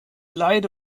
leide